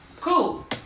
Cool